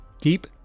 Deep